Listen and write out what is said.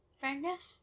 fairness